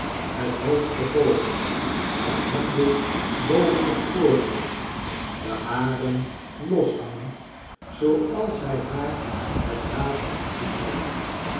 het hoofd gebogen de handen boven het voorhoofd de haren loshangend zooals hij haar het laatst gezien had